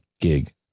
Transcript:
gig